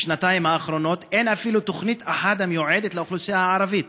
בשנתיים האחרונות אין אפילו תוכנית אחת המיועדת לאוכלוסייה הערבית,